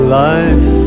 life